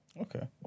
okay